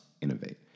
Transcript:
innovate